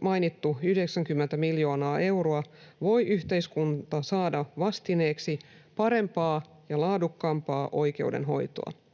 mainittu 90 miljoonaa euroa, voi yhteiskunta saada vastineeksi parempaa ja laadukkaampaa oikeudenhoitoa.